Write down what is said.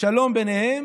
שלום ביניהם